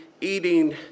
eating